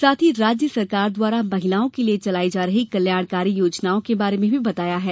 साथ ही राज्य सरकार द्वारा महिलाओं के लिये चलायी जा रही कल्याणकारी योजनाओं के बारे में भी बताया है